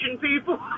people